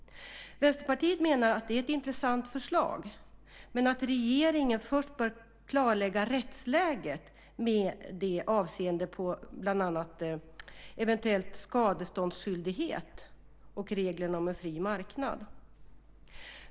Vänsterpartiet menar att detta är ett intressant förslag men att regeringen först bör klarlägga rättsläget med avseende på bland annat eventuell skadeståndsskyldighet och reglerna om en fri marknad.